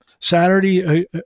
Saturday